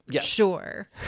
sure